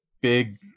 big